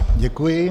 Děkuji.